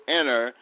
enter